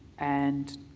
and